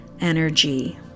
energy